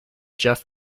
jeff